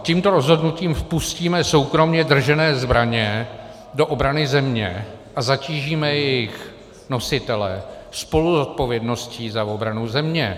Tímto rozhodnutím vpustíme soukromě držené zbraně do obrany země a zatížíme jejich nositele spoluzodpovědností za obranu země.